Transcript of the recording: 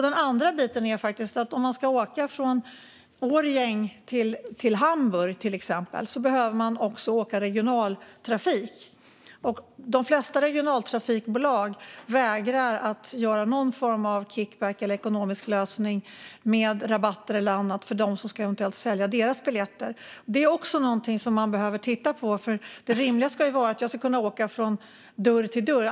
Den andra biten är att om man ska åka från Årjäng till Hamburg, till exempel, behöver man också åka med regionaltrafik. Och de flesta regionaltrafikbolag vägrar att göra någon form av kickback eller ekonomisk lösning med rabatter eller annat för dem som eventuellt ska sälja deras biljetter. Detta är också någonting som man behöver titta på, för det rimliga ska vara att jag ska kunna åka från dörr till dörr.